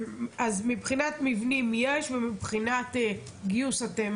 אז מבחינת מבנים יש ומבחינת גיוס אתם